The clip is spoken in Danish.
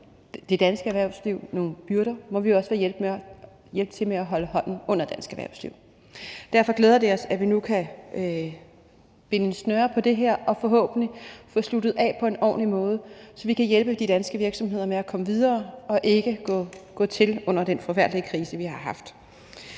det danske erhvervsliv nogle byrder, må vi også hjælpe til med at holde hånden under dansk erhvervsliv. Derfor glæder det os, at vi nu kan binde en sløjfe på det her og forhåbentlig få sluttet det af på en ordentlig måde, så vi kan hjælpe de danske virksomheder med at komme videre og ikke gå til under den forfærdelige krise, vi har haft.